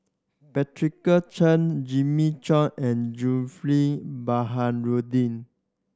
Patricia Chan Jimmy Chok and Zulkifli Baharudin